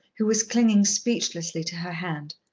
who was clinging speechlessly to her hand.